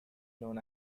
known